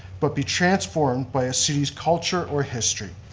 but be transformed by a city's culture or history.